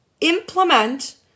implement